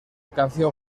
canción